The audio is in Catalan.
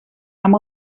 amb